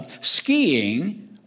Skiing